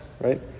right